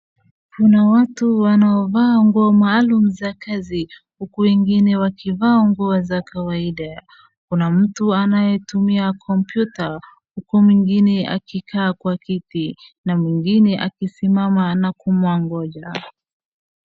Kuna watu wanaovaa nguo maalum za kazi huku wengine wakivaa ngo za kawaida kuna mtu anayetumia kompyuta huku mwingine akikaa kwa kiti na mwingine akisimama na kumwongoja.